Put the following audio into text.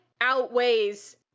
outweighs